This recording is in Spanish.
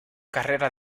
carrera